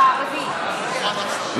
לגבי תיק הביטחון,